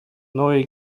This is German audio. neue